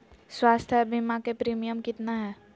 स्वास्थ बीमा के प्रिमियम कितना है?